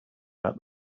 that